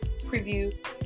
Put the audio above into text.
preview